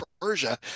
Persia